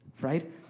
right